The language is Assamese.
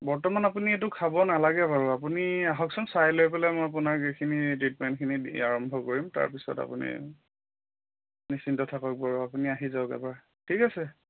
বৰ্তমান আপুনি এইটো খাব নালাগে বাৰু আপুনি আহকচোন চাই লৈ পেলাই মই আপোনাক এইখিনি ট্ৰিটমেণ্টখিনি দি আৰম্ভ কৰিম তাৰপিছত আপুনি নিশ্চিন্ত থাকক বাৰু আপুনি আহি যাওক এবাৰ ঠিক আছে